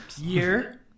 Year